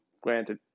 granted